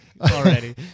already